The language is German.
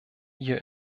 hier